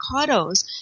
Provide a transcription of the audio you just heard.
avocados